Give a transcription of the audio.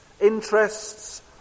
interests